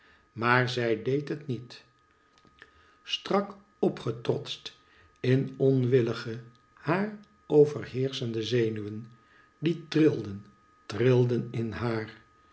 maar zij deed het niet strak opgetrotst in onwillige haar overheerschende zenuwen die trilden trilden in haar